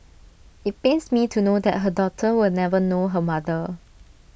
IT pains me to know that her daughter will never know her mother